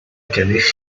gennych